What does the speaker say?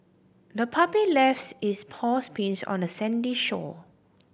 the puppy left its paw prints on the sandy shore